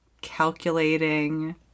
Calculating